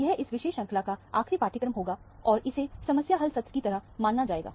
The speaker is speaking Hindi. यह इस विशेष श्रंखला का आखरी पाठ्यक्रम होगा और इसे समस्या हल सत्र की तरह माना जाएगा